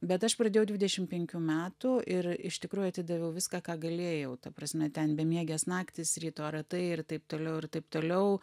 bet aš pradėjau dvidešim penkių metų ir iš tikrųjų atidaviau viską ką galėjau ta prasme ten bemiegės naktys ryto ratai ir taip toliau ir taip toliau